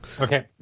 Okay